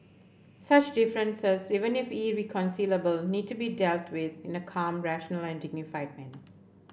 such differences even if irreconcilable need to be dealt with in a calm rational and dignified manner